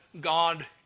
God